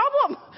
problem